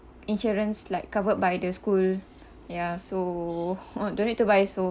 insurance like covered by the school ya so don't need to buy so